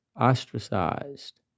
ostracized